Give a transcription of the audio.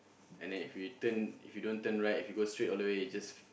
and then if we turn if you don't turn right if you go straight all the way you just